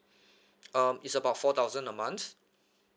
um it's about four thousand a month